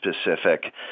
specific